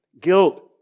guilt